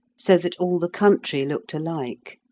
so that all the country looked alike.